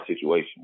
situation